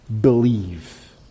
Believe